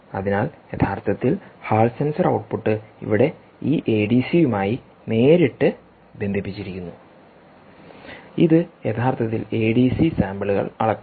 അതിനാൽ യഥാർത്ഥത്തിൽ Hall sensor output ഇവിടെ ഈ എഡിസിയുമായി നേരിട്ട് ബന്ധിപ്പിച്ചിരിക്കുന്നു ഇത് യഥാർത്ഥത്തിൽ എഡിസി സാമ്പിളുകൾ അളക്കുന്നു